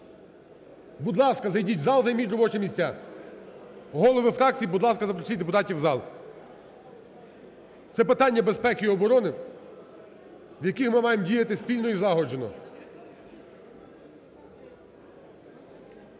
Будь ласка, зайдіть в зал, займіть робочі місця. Голови фракцій, будь ласка, запросіть депутатів у зал. Це питання безпеки і оборони, в яких ми маємо діяти спільно і злагоджено.